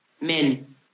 men